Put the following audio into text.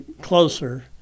closer